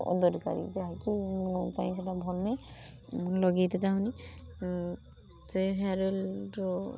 ଅଦରକାରୀ ଯାହାକି ମୋ ପାଇଁ ସେଇଟା ଭଲ ନାହିଁ ମୁଁ ଲଗାଇବାକୁ ଚାହୁଁନି ସେ ହେୟାର୍ ଅଏଲ୍ରୁ